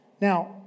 Now